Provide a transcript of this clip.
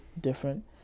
different